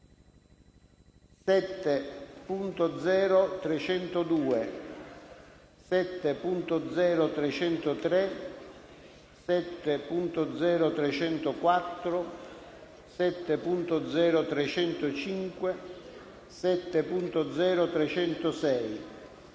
7.0.302, 7.0.303, 7.0.304, 7.0.305, 7.0.306,